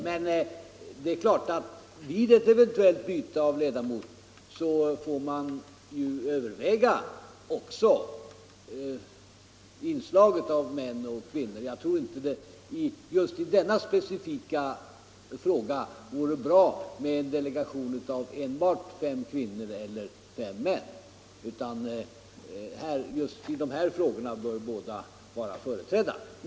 Men det är klart att man vid ett eventuellt byte av ledamot också får överväga inslaget av män och kvinnor. Jag tror inte att det i denna specifika fråga vore bra med en delegation av enbart fem kvinnor eller fem män. När det gäller just dessa frågor bör både män och kvinnor vara företrädda.